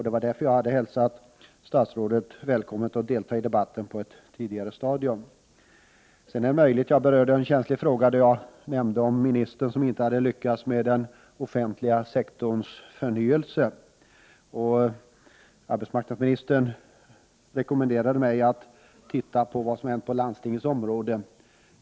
Det var därför jag skulle ha hälsat statsrådet välkommen att delta i debatten på ett tidigare stadium. Det är möjligt att jag berörde en känslig sak när jag talade om ministern som inte hade lyckats med den offentliga sektorns förnyelse. Arbetsmarknadsministern rekommenderade mig att titta på vad som har hänt på landstingsområdet.